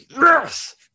yes